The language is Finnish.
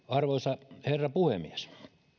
arvoisa herra puhemies